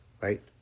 right